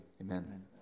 Amen